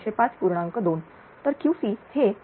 तर Qc हे बरोबर Ql Q